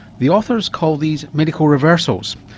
the authors call these medical reversals.